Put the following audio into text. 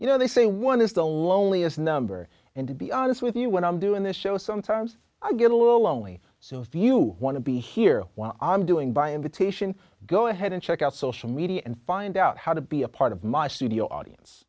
you know they say one is the loneliest number and to be honest with you when i'm doing this show sometimes i get a little lonely so if you want to be here while i'm doing by invitation go ahead and check out social media and find out how to be a part of my studio audience